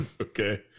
Okay